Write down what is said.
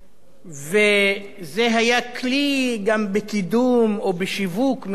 זה היה כלי גם בקידום או בשיווק מדיניות הממשלה,